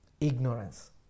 Ignorance